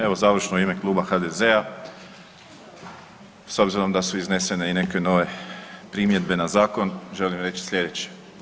Evo završno u ime Kluba HDZ-a, s obzirom da su iznesene i neke nove primjedbe na zakon želim reći slijedeće.